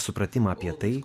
supratimą apie tai